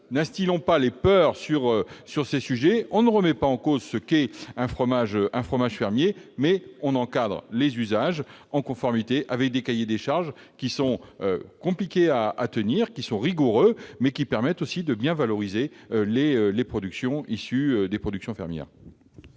instiller des peurs sur de tels sujets. Nous ne remettons pas en cause ce qu'est un fromage fermier. Nous encadrons les usages, en conformité avec des cahiers des charges qui sont compliqués à tenir et rigoureux, mais qui permettent de bien valoriser les productions issues des productions fermières.